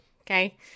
okay